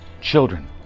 children